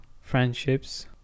friendships